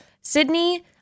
Sydney